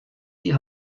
die